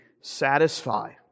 satisfy